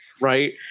right